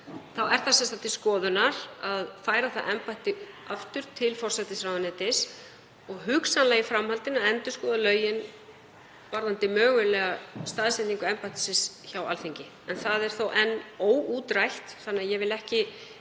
áðan þá er til skoðunar að færa það embætti aftur til forsætisráðuneytis og hugsanlega í framhaldinu að endurskoða lögin varðandi mögulega staðsetningu embættisins hjá Alþingi. Það er þó enn óútrætt þannig að ég vil ekki